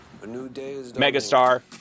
megastar